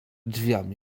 drzwiami